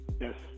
Yes